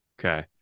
Okay